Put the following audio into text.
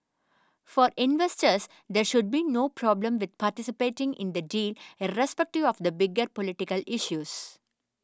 for investors there should be no problem with participating in the deal irrespective of the bigger political issues